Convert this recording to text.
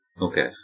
Okay